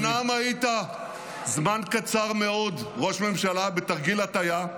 אומנם היית זמן קצר מאוד ראש ממשלה, בתרגיל הטעיה,